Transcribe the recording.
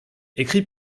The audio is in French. écrit